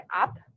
up